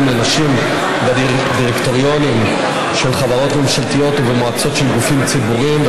לנשים בדירקטוריונים של חברות ממשלתיות ובמועצות של גופים ציבוריים,